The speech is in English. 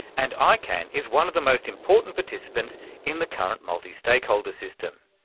and icann is one of the most important participants in the current multi-stakeholder system.